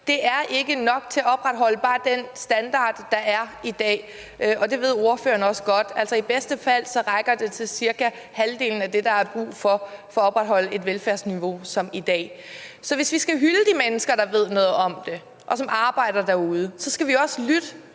pct. er ikke nok til at opretholde bare den standard, der er i dag, og det ved ordføreren også godt. Altså, i bedste fald rækker det til cirka halvdelen af det, der er brug for for at opretholde et velfærdsniveau som det i dag. Så hvis vi skal hylde de mennesker, der ved noget om det, og som arbejder derude, så skal vi også lytte,